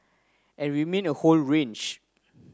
and we mean a whole range